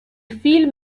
film